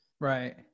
right